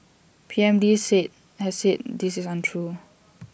P M lee said has said this is untrue